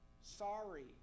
sorry